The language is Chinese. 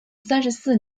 三十四